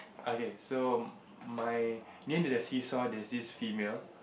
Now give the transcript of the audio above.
okay so my near to the see saw there's this female